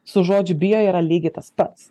su žodžiu bio yra lygiai tas pats